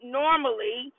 normally